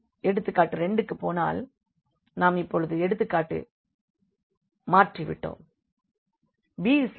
எடுத்துக்காட்டு 2 க்கு போனால் நாம் எடுத்துக்காட்டை இப்பொழுது மாற்றி விட்டோம்